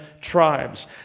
tribes